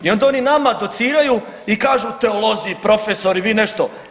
I onda oni nama dociraju i kažu teolozi, profesori, vi nešto.